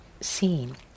seen